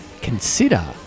consider